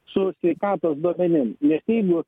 su sveikatos duomenimis nes jeigu